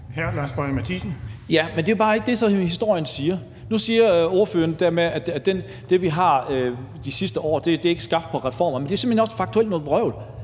17:26 Lars Boje Mathiesen (NB): Det er altså bare ikke det, historien siger. Nu siger ordføreren det der med, at det, vi har opnået de sidste år, ikke er skabt på reformer, men det er simpelt hen også faktuelt noget vrøvl.